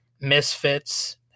misfits